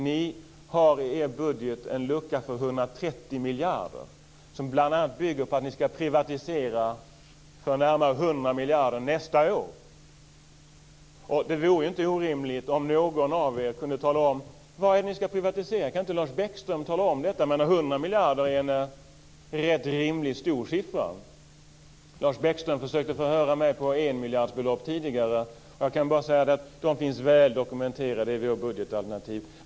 Ni har i er budget en lucka på 130 miljarder som bl.a. bygger på att ni ska privatisera för närmare 100 miljarder nästa år. Det vore inte orimligt om någon av er kunde tala om det. Vad är det ni ska privatisera? Kan inte Lars Bäckström tala om detta? 100 miljarder är en rätt rimligt stor siffra. Lars Bäckström försökte förhöra mig om enmiljardsbelopp tidigare. De finns väl dokumenterade i vårt budgetalternativ.